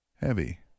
heavy